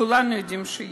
וכולנו יודעים שיש.